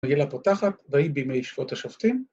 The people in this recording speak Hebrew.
‫המגילה פותחת ויהי בימי שפוט השופטים.